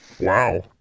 Wow